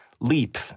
leap